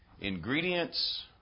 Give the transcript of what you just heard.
Ingredients